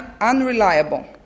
unreliable